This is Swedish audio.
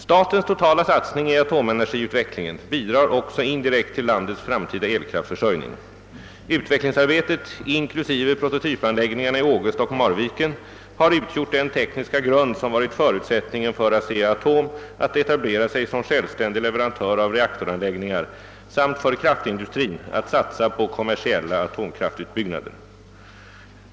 Statens totala satsning i atomenergiutvecklingen bidrar också indirekt till landets framtida elkraftförsörjning. Utvecklingsarbetet, inklusive prototypanläggningarna i Ågesta och Marviken, har utgjort den tekniska grund som varit förutsättningen för ASEA-ATOM: möjligheter att etablera sig som självständig leverantör av reaktoranläggningar samt för kraftindustrins möjligheter att satsa på kommersiella atomkraftutbyggnader.